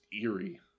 eerie